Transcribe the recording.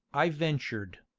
i ventured.